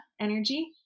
energy